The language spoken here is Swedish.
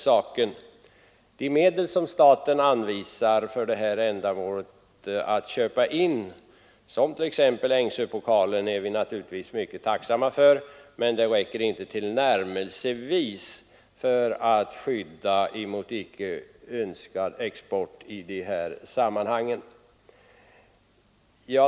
Samfundet säger att man naturligtvis är mycket tacksam för de medel som staten anvisat för t.ex. inköp av Ängsöpokalen men att det inte tillnärmelsevis räcker för att skydda mot icke önskvärd export.